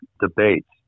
debates